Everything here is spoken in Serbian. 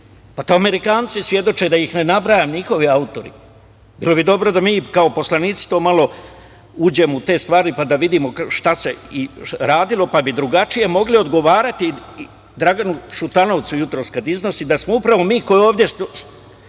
pa to Amerikanci svedoče da ih ne nabrajam, njihovi autori. Bilo bi dobro da mi kao poslanici malo uđemo u te stvari, pa da vidimo šta se radilo, pa bi drugačije mogli odgovarati Draganu Šutanovcu jutros kad iznosi da smo upravo mi koji ovde